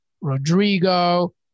Rodrigo